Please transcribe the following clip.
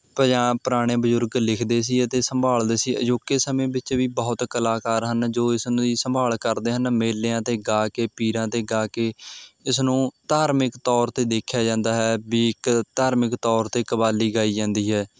ਪੰਜਾਬ ਪੁਰਾਣੇ ਬਜ਼ੁਰਗ ਲਿਖਦੇ ਸੀ ਅਤੇ ਸੰਭਾਲਦੇ ਸੀ ਅਜੋਕੇ ਸਮੇਂ ਵਿੱਚ ਵੀ ਬਹੁਤ ਕਲਾਕਾਰ ਹਨ ਜੋ ਇਸ ਸੰਭਾਲ ਕਰਦੇ ਹਨ ਮੇਲਿਆਂ 'ਤੇ ਗਾ ਕੇ ਪੀਰਾਂ 'ਤੇ ਗਾ ਕੇ ਇਸ ਨੂੰ ਧਾਰਮਿਕ ਤੌਰ 'ਤੇ ਦੇਖਿਆ ਜਾਂਦਾ ਹੈ ਵੀ ਇੱਕ ਧਾਰਮਿਕ ਤੌਰ 'ਤੇ ਕਵਾਲੀ ਗਾਈ ਜਾਂਦੀ ਹੈ